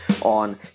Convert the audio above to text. on